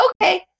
okay